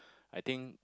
I think